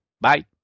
Bye